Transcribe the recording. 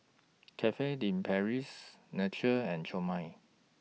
Cafe De Paris Naturel and Chomel